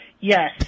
yes